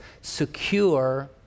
secure